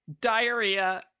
diarrhea